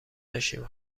داشتیم